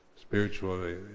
spiritually